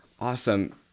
Awesome